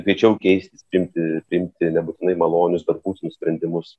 greičiau keistis priimti priimti nebūtinai malonius bet būtinus sprendimus